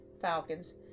Falcons